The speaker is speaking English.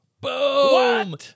Boom